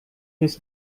his